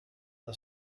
the